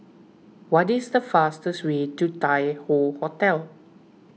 what is the fastest way to Tai Hoe Hotel